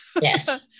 yes